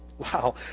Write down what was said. Wow